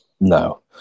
No